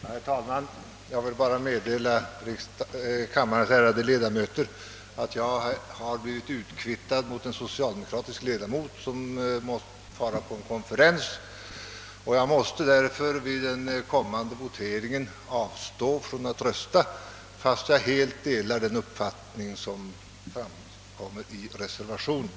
Herr talman! Jag vill bara meddela kammarens ärade ledamöter att jag har blivit utkvittad mot en socialdemokratisk ledamot som måste fara på en konferens. Jag måste därför vid den kommande voteringen avstå från att rösta, fast jag helt delar den uppfattning som kommit till uttryck i reservationen.